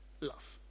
love